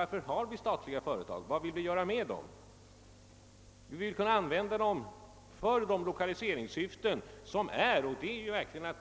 Varför har vi statliga företag och vad vill vi göra med dem? Jo, vi vill använda dem bl.a. för de lokaliseringssyften som finns. Vill man inte